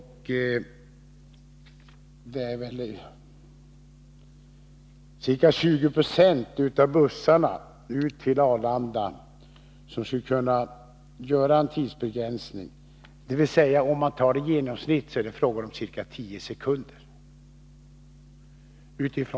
Ca 20 26 av bussarna till Arlanda skulle genom de här åtgärderna kunna uppnå en tidsvinst — det är i genomsnitt fråga om ca 10 sekunder.